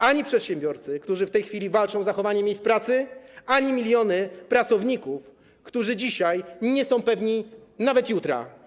Ani przedsiębiorcy, którzy w tej chwili walczą o zachowanie miejsc pracy, ani miliony pracowników, którzy dzisiaj nie są pewni nawet jutra.